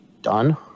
done